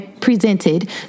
presented